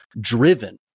driven